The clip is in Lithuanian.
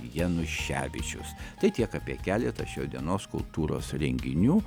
januševičius tai tiek apie keletą šio dienos kultūros renginių